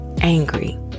angry